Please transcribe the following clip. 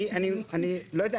לא יודע.